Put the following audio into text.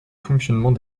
fonctionnement